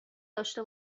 داشته